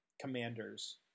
commanders